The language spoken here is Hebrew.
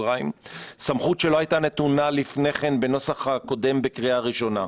סמכות שלא היתה נתונה לפני כן בנוסח הקודם בקריאה הראשונה.